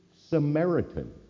samaritan